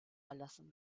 erlassen